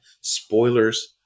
Spoilers